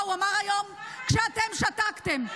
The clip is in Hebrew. מה הוא אמר היום כשאתם שתקתם.